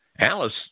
Alice